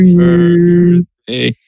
birthday